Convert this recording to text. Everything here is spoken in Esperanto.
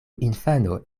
infano